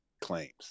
claims